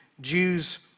Jews